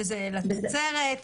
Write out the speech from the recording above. שזה לתוצרת,